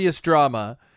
drama